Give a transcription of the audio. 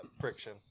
friction